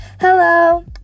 hello